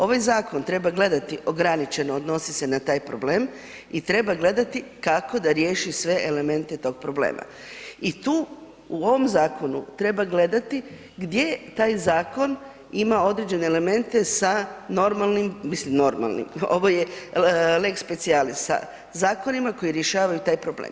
Ovaj zakon treba gledati ograničeno, odnosi se na taj problem i treba gledati kako da riješi sve elemente tog problema i tu u ovom zakonu treba gledati gdje taj zakon ima određene elemente sa normalnim, mislim normalnim, ovo je lex specials sa zakonima koji rješavaju taj problem.